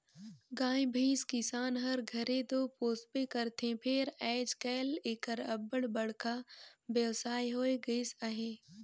गाय भंइस किसान हर घरे दो पोसबे करथे फेर आएज काएल एकर अब्बड़ बड़खा बेवसाय होए गइस अहे